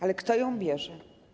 Ale kto ją bierze?